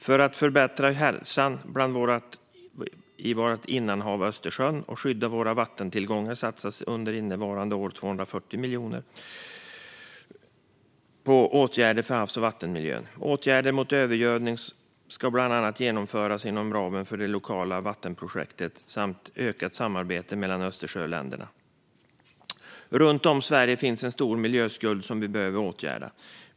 För att förbättra hälsan för vårt innanhav Östersjön och skydda vår vattentillgång satsas under innevarande år 240 miljoner på åtgärder för havs och vattenmiljön. Åtgärder mot övergödning ska genomföras, bland annat inom ramen för lokala vattenvårdsprojekt samt genom ett ökat samarbete mellan Östersjöländerna. Runt om i Sverige finns en stor miljöskuld som vi behöver åtgärda.